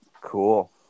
Cool